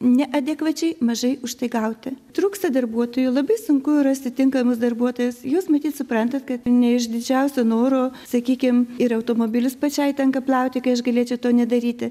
neadekvačiai mažai už tai gauti trūksta darbuotojų labai sunku rasti tinkamus darbuotojus jūs matyt suprantat kad ne iš didžiausio noro sakykim ir automobilius pačiai tenka plauti kai aš galėčiau to nedaryti